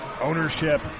ownership